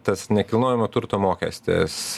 tas nekilnojamo turto mokestis